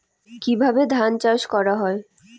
কিভাবে ধান চাষ করা হয়?